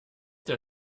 der